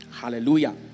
Hallelujah